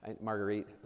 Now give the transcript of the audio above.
Marguerite